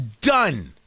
Done